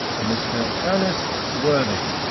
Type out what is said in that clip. mr. ernest worthing.